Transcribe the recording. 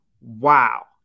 wow